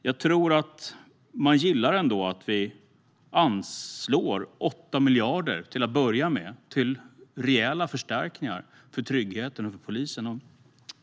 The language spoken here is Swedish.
Jag tror ändå att man gillar att vi till att börja med anslår 8 miljarder till rejäla förstärkningar för tryggheten och polisen.